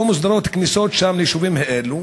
לא מוסדרות כניסות שם ליישובים האלה,